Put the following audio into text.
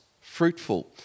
fruitful